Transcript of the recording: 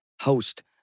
host